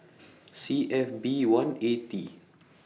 C F B one A T